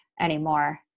anymore